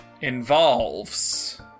involves